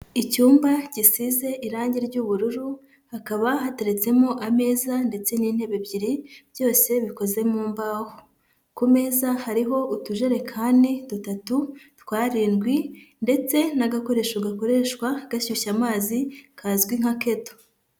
Icyumba gisize irangi ry'ubururu, hakaba hateretsemo ameza ndetse n'intebe ebyiri, byose bikoze mu mbaho. Ku meza hariho utujerekani dutatu twarindwi, ndetse n'agakoresho gakoreshwa gashyushya amazi, kazwi nka keto.